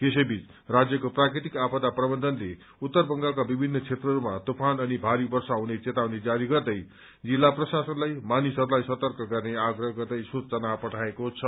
यसै बीच राज्यको प्राकृतिक आपदा प्रबन्धनले उत्तर बंगालका विभिन्न क्षेत्रहरूमा तूफान अनि भारी वर्षा हुने चेतावनी जारी गर्दै जिल्ला प्रशासनलाई मानिसहरूलाई सतर्क गर्ने आग्रह गर्दै सूचना पठाएको छ